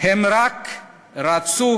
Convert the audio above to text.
הם רק רצו